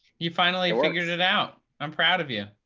you finally figured it out. i'm proud of you.